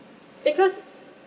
because